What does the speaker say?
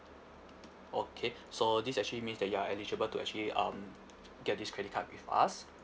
okay so this actually means that you are eligible to actually um get this credit card with us